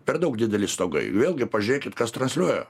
per daug dideli stogai vėlgi pažiūrėkit kas transliuoja